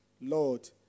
Lord